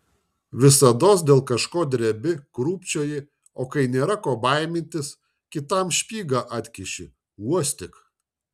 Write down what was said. visados dėl kažko drebi krūpčioji o kai nėra ko baimintis kitam špygą atkiši uostyk